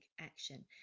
action